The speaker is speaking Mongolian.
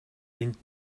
энд